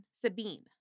Sabine